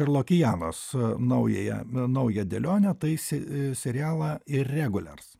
ir lokianas naująją naują dėlionę tai serialą ireguliars